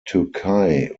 türkei